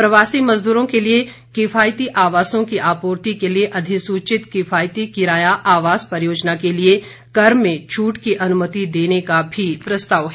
प्रवासी मजदूरों के लिए किफायती आवासों की आपूर्ति के लिए अधिसूचित किफायती किराया आवास परियोजनाओं के लिए कर में छूट की अनुमति देने का भी प्रस्ताव है